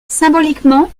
symboliquement